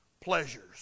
pleasures